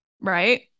right